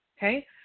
Okay